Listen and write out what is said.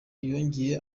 yarongeye